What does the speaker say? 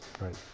right